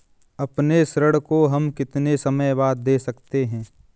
अपने ऋण को हम कितने समय बाद दे सकते हैं?